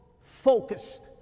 focused